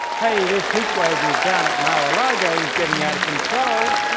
hey, this heat wave here, down at mar-a-lago, is getting out of control,